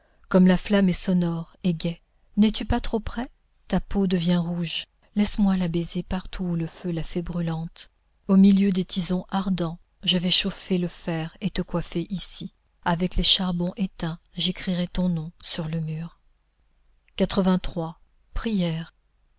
comme la flamme est sonore et gaie n'es-tu pas trop près ta peau devient rouge laisse-moi la baiser partout où le feu l'a faite brûlante au milieu des tisons ardents je vais chauffer le fer et te coiffer ici avec les charbons éteints j'écrirai ton nom sur le mur prières